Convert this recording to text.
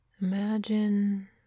Imagine